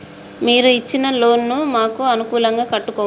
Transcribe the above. మీరు ఇచ్చిన లోన్ ను మాకు అనుకూలంగా కట్టుకోవచ్చా?